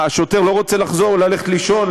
מה, השוטר לא רוצה לחזור, ללכת לישון?